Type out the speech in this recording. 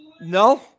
No